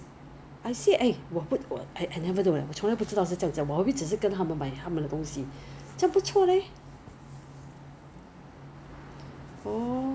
没有 ya so 他会跟你讲说你 your product is already reached Singapore so you choose your collection point so there's a few collection point lah you can choose whichever that is like nearest to your place lor